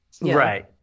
Right